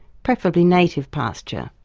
preferably native pasture.